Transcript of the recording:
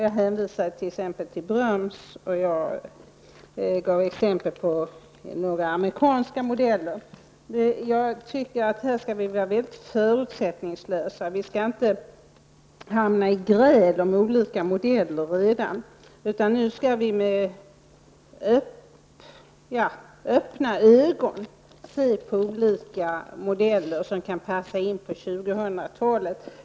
Jag hänvisade t.ex. till Bröms och gav exempel på några amerikanska modeller. Jag tycker att vi skall vara förutsättningslösa och inte hamna i gräl om olika modeller, utan med öppna ögon se på olika modeller som kan passa in på 2000-talet.